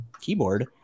keyboard